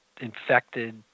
infected